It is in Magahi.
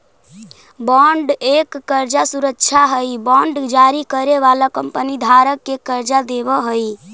बॉन्ड एक कर्जा सुरक्षा हई बांड जारी करे वाला कंपनी धारक के कर्जा देवऽ हई